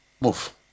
move